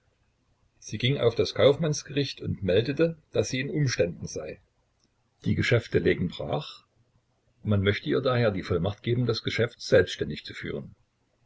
sie ging auf das kaufmannsgericht und meldete daß sie in umständen sei die geschäfte lägen brach man möchte ihr daher die vollmacht geben das geschäft selbständig zu führen